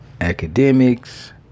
academics